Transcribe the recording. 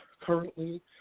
currently